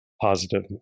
positive